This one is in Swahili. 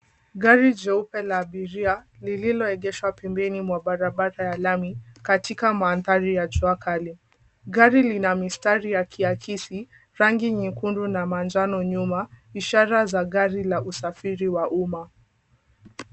Gari jeupe la abiria lililoegeshwa pembeni mwa barabara ya lami katika mandhari ya jua kali. Gari lina mistari ya kiakisi, rangi nyekundu na manjano nyuma ishara za gari la usafiri wa umma.